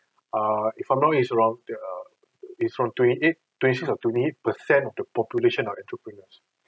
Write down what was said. err if I'm not wrong it's around err it's around twenty eight twenty six or twenty eight percent the population are entrepreneurs